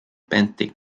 benthic